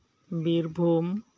Birbhum